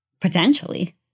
Potentially